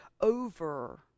over